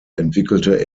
entwickelte